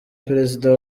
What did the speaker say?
perezida